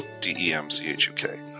D-E-M-C-H-U-K